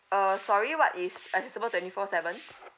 uh sorry what is accessible twenty four seven